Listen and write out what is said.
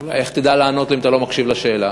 איך תדע לענות לי אם אתה לא מקשיב לשאלה?